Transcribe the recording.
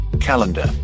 calendar